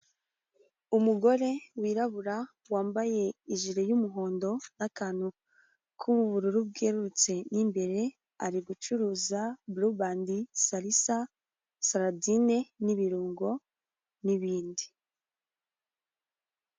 Umugore wirabura wambaye ijiri y'umuhondo n'akantu k'ubururu bwerurutse mo imbere ari gucuruza blueband, salisa, saladine n'ibirungo n'ibindi.